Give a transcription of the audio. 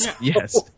Yes